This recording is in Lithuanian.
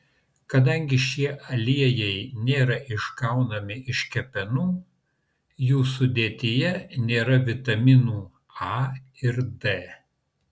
kadangi šie aliejai nėra išgaunami iš kepenų jų sudėtyje nėra vitaminų a ir d